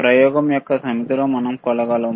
ప్రయోగం యొక్క సమితిలో మనం కొలవగలము